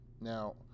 Now